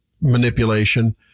manipulation